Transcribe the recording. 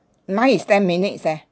mine is ten minutes eh